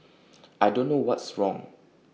I don't know what's wrong